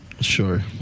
Sure